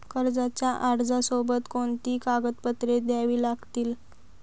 कर्जाच्या अर्जासोबत कोणती कागदपत्रे द्यावी लागतील?